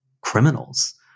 criminals